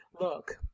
look